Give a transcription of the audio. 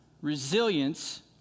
resilience